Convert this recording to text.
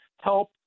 help